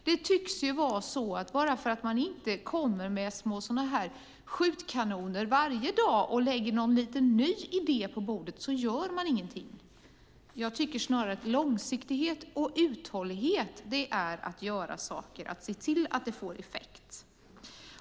Det tycks vara så att bara för att man inte kommer med små skjutkanoner varje dag och lägger någon liten ny idé på bordet så gör man ingenting. Jag tycker snarare att långsiktighet och uthållighet är att göra saker - att se till att det får effekt.